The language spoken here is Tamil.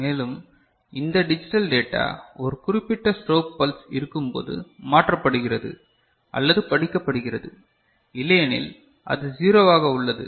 மேலும் இந்த டிஜிட்டல் டேட்டா ஒரு குறிப்பிட்ட ஸ்ட்ரோப் பல்ஸ் இருக்கும்போது மாற்றப்படுகிறது அல்லது படிக்கப்படுகிறது இல்லையெனில் அது 0வாக உள்ளது